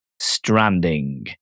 Stranding